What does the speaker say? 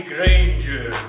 Granger